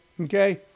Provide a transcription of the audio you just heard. okay